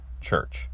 church